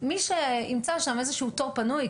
מי שימצא שם איזשהו תור פנוי,